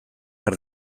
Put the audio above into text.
har